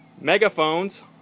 megaphones